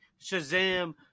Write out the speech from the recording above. Shazam